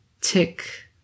Tick